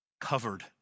covered